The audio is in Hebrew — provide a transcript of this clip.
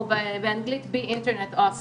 או באנגלית: Be Internet awesome